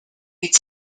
meet